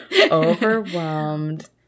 overwhelmed